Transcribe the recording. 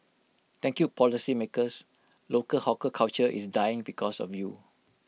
thank you policymakers local hawker culture is dying because of you